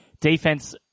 defense